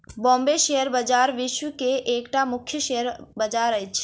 Bombay share बजार विश्व के एकटा मुख्य शेयर बजार अछि